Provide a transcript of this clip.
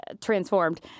Transformed